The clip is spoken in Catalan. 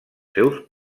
seus